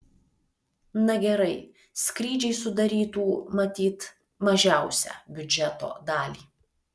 na gerai skrydžiai sudarytų matyt mažiausią biudžeto dalį